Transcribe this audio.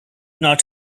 not